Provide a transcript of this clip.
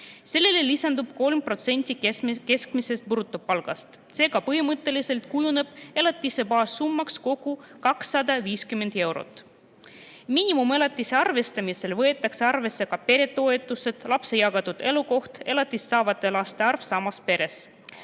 Sellele lisandub 3% keskmisest brutopalgast. Seega, põhimõtteliselt kujuneb elatise baassummaks kokku 250 eurot. Miinimumelatise arvestamisel võetakse arvesse ka peretoetused, lapse jagatud elukoht, elatist saavate laste arv samas peres.